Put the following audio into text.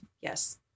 Yes